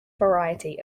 variety